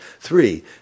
Three